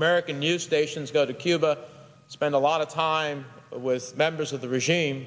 american news stations go to cuba spend a lot of time with members of the regime